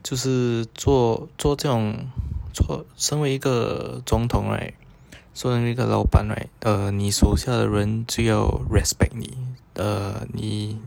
就是做做这种身为一个总统 right 身为一个老板 right ah 你手下的人就要 respect 你 err 你